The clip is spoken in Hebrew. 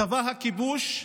צבא הכיבוש,